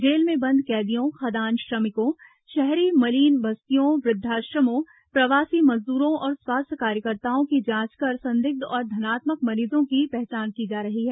jail में बंद कैदियों खदान श्रमिकों शहरी मलिन बस्तियों वृद्वाश्रमों प्रवासी मजदूरों और स्वास्थ्य कार्यकर्ताओं की जांच कर संदिग्ध और धनात्मक मरीजों की पहचान की जा रही है